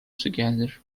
together